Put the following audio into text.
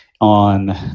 on